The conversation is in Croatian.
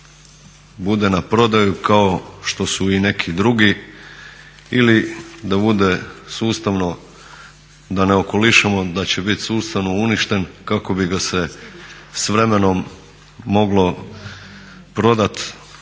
bude na prodaju kao što su i neki drugi ili da bude sustavno da ne okolišamo, da će bit sustavno uništen kako bi ga se s vremenom moglo prodat